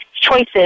choices